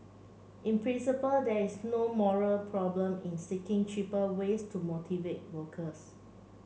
in principle there is no moral problem in seeking cheaper ways to motivate workers